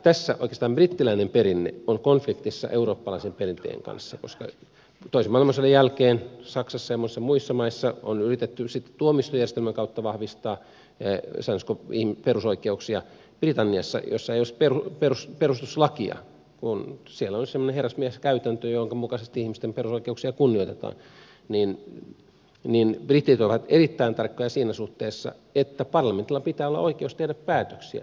tässä oikeastaan brittiläinen perinne on konfliktissa eurooppalaisen perinteen kanssa koska toisen maailmansodan jälkeen saksassa ja monissa muissa maissa on yritetty sitten tuomioistuinjärjestelmän kautta vahvistaa sanoisinko perusoikeuksia mutta britanniassa jossa ei ole edes perustuslakia on sellainen herrasmieskäytäntö jonka mukaisesti ihmisten perusoikeuksia kunnioitetaan ja britit ovat erittäin tarkkoja siinä suhteessa että parlamentilla pitää olla oikeus tehdä päätöksiä